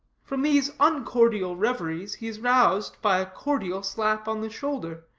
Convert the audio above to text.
from these uncordial reveries he is roused by a cordial slap on the shoulder,